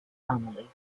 family